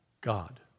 God